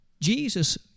Jesus